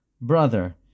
brother